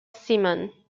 simon